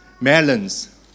melons